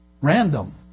Random